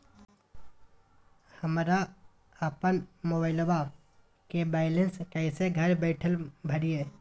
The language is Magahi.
हमरा अपन मोबाइलबा के बैलेंस कैसे घर बैठल भरिए?